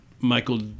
Michael